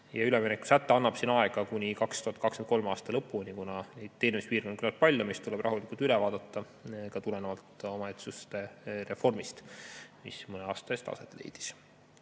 Üleminekusäte annab siin aega kuni 2023. aasta lõpuni, kuna neid teeninduspiirkondi on palju, mis tuleb rahulikult üle vaadata, ka tulenevalt omavalitsuste reformist, mis mõne aasta eest aset leidis.